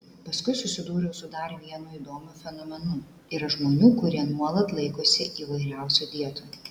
paskui susidūriau su dar vienu įdomiu fenomenu yra žmonių kurie nuolat laikosi įvairiausių dietų